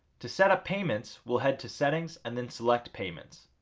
to set up payments, we'll head to settings and then select payments.